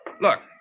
Look